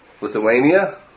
Lithuania